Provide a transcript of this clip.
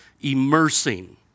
immersing